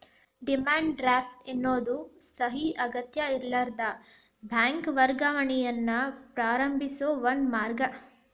demand draft ಎನ್ನೋದು ಸಹಿ ಅಗತ್ಯಇರ್ಲಾರದ ಬ್ಯಾಂಕ್ ವರ್ಗಾವಣೆಯನ್ನ ಪ್ರಾರಂಭಿಸೋ ಒಂದ ಮಾರ್ಗ